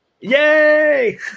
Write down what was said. yay